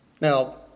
Now